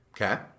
Okay